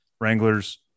Wranglers